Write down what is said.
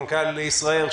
מנכ"ל ישראייר,